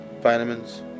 vitamins